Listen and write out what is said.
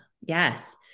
yes